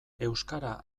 euskara